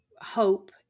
hope